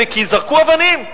כי זרקו אבנים.